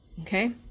Okay